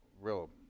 real